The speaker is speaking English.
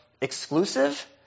exclusive